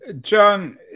John